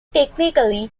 technically